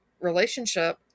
relationship